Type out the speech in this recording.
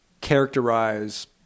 characterize